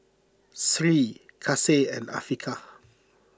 Sri Kasih and Afiqah